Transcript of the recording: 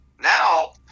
Now